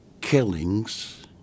killings